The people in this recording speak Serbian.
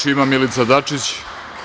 Reč ima Milica Dačić.